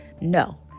no